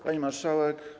Pani Marszałek!